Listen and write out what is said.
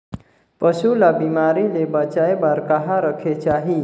पशु ला बिमारी ले बचाय बार कहा रखे चाही?